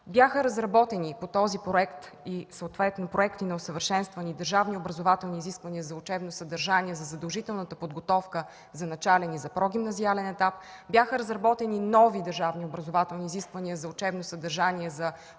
бяха разработени и съответно проекти на усъвършенстване на държавно-образователни изисквания за учебно съдържание за задължителната подготовка за начален и прогимназиален етап, бяха разработени нови държавно-образователни изисквания за учебно съдържание за общообразователна